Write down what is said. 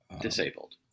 Disabled